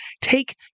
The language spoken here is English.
take